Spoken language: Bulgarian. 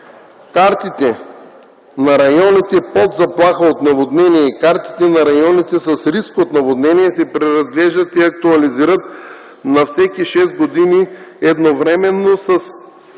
Картите на районите под заплаха от наводнения и картите на районите с риск от наводнения се преразглеждат и актуализират на всеки 6 години едновременно с анализите